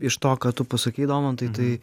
iš to ką tu pasakei domantai tai